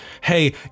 Hey